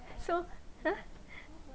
so !huh!